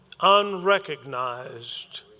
unrecognized